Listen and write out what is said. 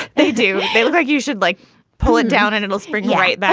they do. they look like you should like pull it down and it will spring you right back